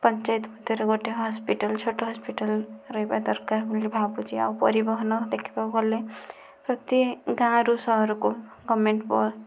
ପଞ୍ଚାୟତ ଭିତରେ ଗୋଟିଏ ହସ୍ପିଟାଲ ଛୋଟ ହସ୍ପିଟାଲ ରହିବା ଦରକାର ବୋଲି ଭାବୁଛି ଆଉ ପରିବହନ ଦେଖିବାକୁ ଗଲେ ପ୍ରତି ଗାଁରୁ ସହରକୁ ଗଭର୍ଣ୍ଣମେଣ୍ଟ ବସ୍